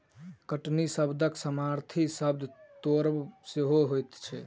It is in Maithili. कटनी शब्दक समानार्थी शब्द तोड़ब सेहो होइत छै